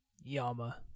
Yama